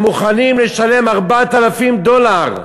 הם מוכנים לשלם 4,000 דולר.